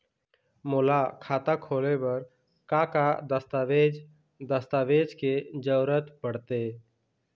मोला खाता खोले बर का का दस्तावेज दस्तावेज के जरूरत पढ़ते?